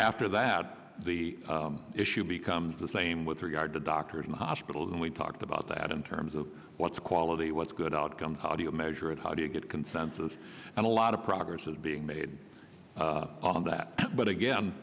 after that the issue becomes the same with regard to doctors and hospitals and we talked about that in terms of what's quality what's good outcome how do you measure it how do you get consensus and a lot of progress is being made on that but again